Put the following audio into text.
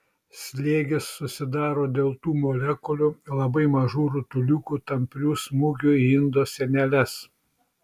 slėgis susidaro dėl tų molekulių labai mažų rutuliukų tamprių smūgių į indo sieneles